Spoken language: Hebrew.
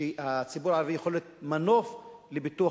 שהציבור הערבי יכול להיות מנוף לפיתוח